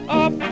up